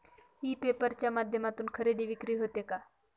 E paper च्या माध्यमातून खरेदी विक्री होते का?